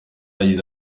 yagize